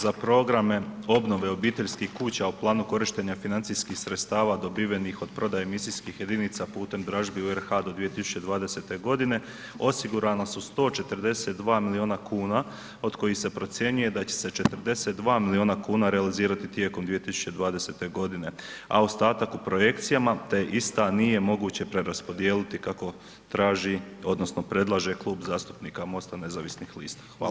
Za programe obnove obiteljskih kuća u planu korištenja financijskih sredstava dobivenih od prodaje emisijskih jedinica putem dražbi u RH do 2020. g., osigurana su 142 milijuna kuna od kojih se procjenjuje da će se 42 milijuna kuna realizirati tijekom 2020. a ostatak u projekcijama te ista nije moguće preraspodijeliti kako traži odnosno predlaže Klub zastupnika MOST-a nezavisnih lista, hvala.